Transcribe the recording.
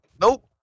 Nope